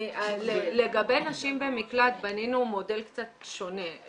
לגבי נשים במקלט בנינו מודל קצת שונה.